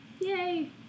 yay